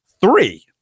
three